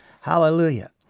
Hallelujah